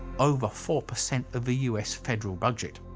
over four percent of the u s. federal budget.